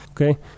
okay